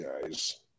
guys